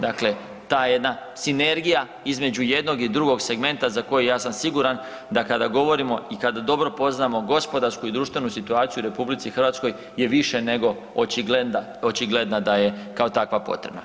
Dakle ta jedna sinergija između jednog i drugog segmenta za koji ja sam siguran da kada govorimo i kad dobro poznamo gospodarsku i društvenu situaciju u RH je više nego očigledna da je kao takva potrebna.